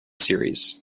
series